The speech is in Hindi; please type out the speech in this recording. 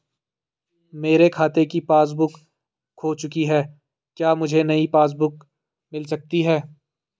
मेरे खाते की पासबुक बुक खो चुकी है क्या मुझे नयी पासबुक बुक मिल सकती है?